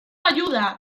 ayuda